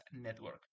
network